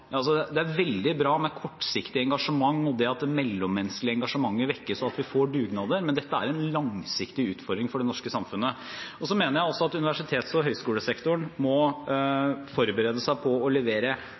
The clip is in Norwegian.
Det er veldig bra med kortsiktig engasjement, at det mellommenneskelige engasjementet vekkes, og at vi får dugnader, men dette er en langsiktig utfordring for det norske samfunnet. Jeg mener også at universitets- og høgskolesektoren må forberede seg på å levere